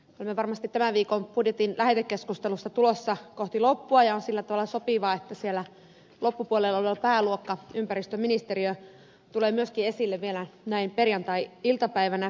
olemme varmasti tämän viikon budjetin lähetekeskustelussa tulossa kohti loppua ja on sillä tavalla sopivaa että siellä loppupuolella oleva pääluokka ympäristöministeriö tulee myöskin esille vielä näin perjantai iltapäivänä